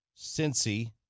Cincy